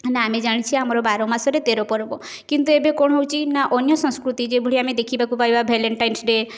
ନା ଆମେ ଜାଣିଛେ ଆମର ବାରମାସରେ ତେର ପର୍ବ କିନ୍ତୁ ଏବେ କ'ଣ ହେଉଛି ନା ଅନ୍ୟ ସଂସ୍କୃତି ଯେଭଳି ଆମେ ଦେଖିବାକୁ ପାଇବା ଭାଲେଣ୍ଟାଇନ୍ସ ଡ଼େ